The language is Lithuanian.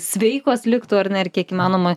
sveikos liktų ar ne kiek įmanoma